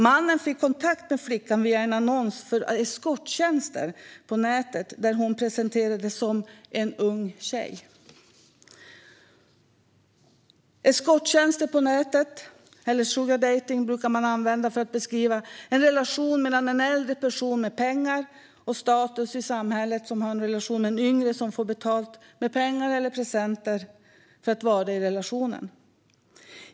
Mannen fick kontakt med flickan via en annons för eskorttjänster på nätet, där hon presenterades som "en ung tjej". Sugardejting är termen man brukar använda om eskorttjänster på nätet för att beskriva en relation mellan en äldre person med pengar och status i samhället och en yngre som får betalt med pengar eller presenter för att vara i relationen.